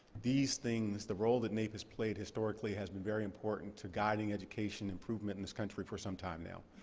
these things, the role that naep has played historically has been very important to guiding education improvement in this country for some time now.